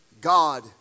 God